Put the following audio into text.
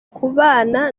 kubana